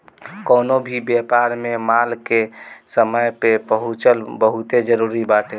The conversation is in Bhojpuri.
कवनो भी व्यापार में माल के समय पे पहुंचल बहुते जरुरी बाटे